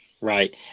right